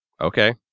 Okay